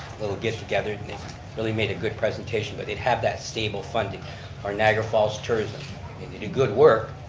little get together and they really made a good presentation. but they'd have that stable funding on niagara falls tourism. and they do good work,